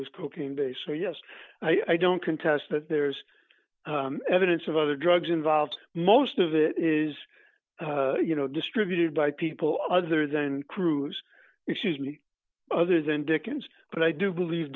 was cocaine based so yes i don't contest that there's evidence of other drugs involved most of it is you know distributed by people other than cruise issues me other than dickens but i do believe